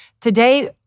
Today